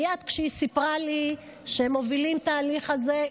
ומייד כשהיא סיפרה לי שהם מובילים את ההליך הזה,